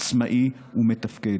עצמאי ומתפקד.